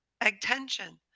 attention